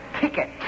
ticket